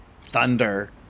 thunder